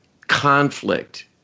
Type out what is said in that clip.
conflict